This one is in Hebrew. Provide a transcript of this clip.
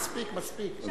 מספיק, מספיק.